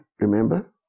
remember